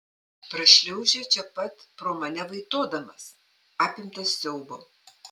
prašliaužia čia pat pro mane vaitodamas apimtas siaubo